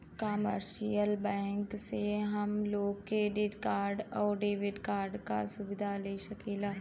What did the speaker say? commercial bank से हम लोग डेबिट कार्ड आउर क्रेडिट कार्ड क सुविधा ले सकीला